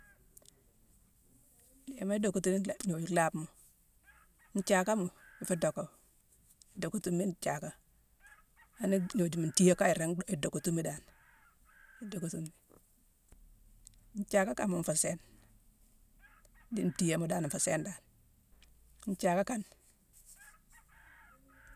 Yééma idockotini-nlaa-gnoju-lhaama: nthiaakama, ifu docka, idockutimi nthiaaka. an-gnojuma ntiiyéma kan, iringi-idockatimi dan, mu dockatimi. Nthiaka kamma nféé sééne. Dii ntiiyéma dan nféé sééne dan. Nthiaakane